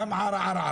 גם ערערה